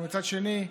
מצד שני,